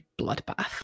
bloodbath